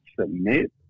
submit